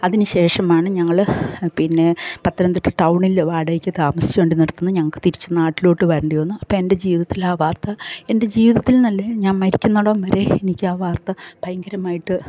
അതിന് ശേഷമാണ് ഞങ്ങള് പിന്നെ പത്തനംതിട്ട ടൗണില് വാടകയ്ക്ക് താമസിച്ചുകൊണ്ടിരുന്ന അടുത്ത് നിന്ന് ഞങ്ങൾക്ക് തിരിച്ച് നാട്ടിലോട്ട് വരേണ്ടി വന്നു അപ്പം എൻ്റെ ജീവിതത്തിൽ ആ വാർത്ത എൻ്റെ ജീവിതത്തിൽ നിന്നല്ല ഞാൻ മരിക്കുന്നിടം വരെ എനിക്ക് ആ വാർത്ത ഭയങ്കരമായിട്ട്